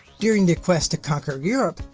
during their quest to conquer europe,